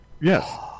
Yes